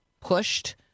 pushed